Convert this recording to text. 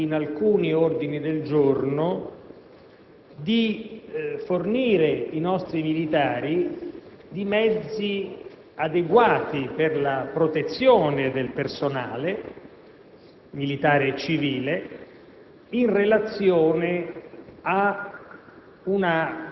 il Governo è sensibile all'esigenza sollevata, in alcuni ordini del giorno, di fornire i nostri militari di mezzi adeguati per la protezione del personale